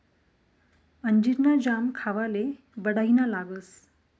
अंजीर ना जाम खावाले बढाईना लागस